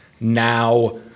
now